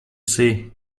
say